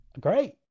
Great